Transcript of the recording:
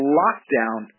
lockdown